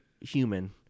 human